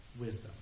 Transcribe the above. wisdom